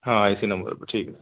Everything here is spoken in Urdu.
ہاں اسی نمبر پہ ٹھیک ہے